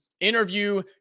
interview